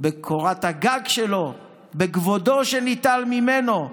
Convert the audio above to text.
בקורת הגג שלו, בכבודו שניטל ממנו,